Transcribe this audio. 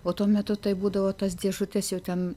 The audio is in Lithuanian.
o tuo metu tai būdavo tos dėžutės jau ten